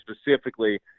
specifically